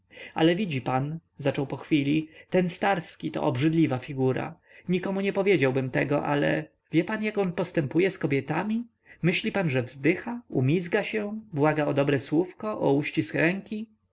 ale widzi pan zaczął po chwili ten starski to obrzydliwa figura nikomu nie powiedziałbym tego ale wie pan jak on postępuje z kobietami myśli pan że wzdycha umizga się błaga o dobre słówko o uścisk ręki